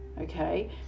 okay